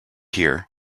here